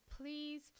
please